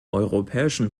europäischen